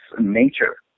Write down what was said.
nature